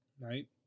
right